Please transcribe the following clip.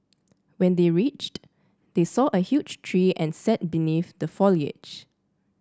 when they reached they saw a huge tree and sat beneath the foliage